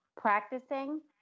practicing